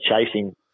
chasing